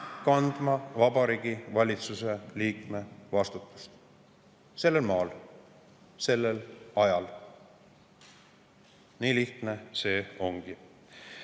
kandma Vabariigi Valitsuse liikme vastutust sellel maal ja sellel ajal. Nii lihtne see ongi.